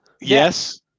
Yes